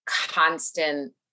constant